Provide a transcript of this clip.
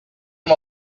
amb